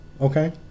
Okay